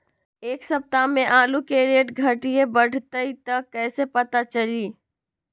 एक सप्ताह मे आलू के रेट घट ये बढ़ जतई त कईसे पता चली?